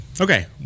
Okay